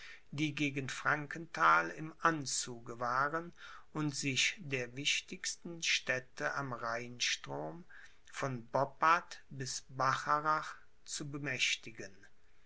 die gegen frankenthal im anzuge waren und sich der wichtigsten städte am rheinstrom von boppart bis bacharach zu bemächtigen